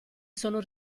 sono